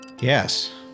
Yes